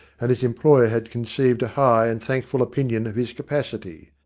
and his employer had conceived a high and thankful opinion of his capacity.